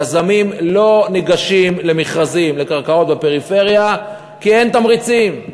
יזמים לא ניגשים למכרזים לקרקעות בפריפריה כי אין תמריצים,